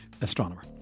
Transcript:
astronomer